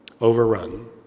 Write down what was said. overrun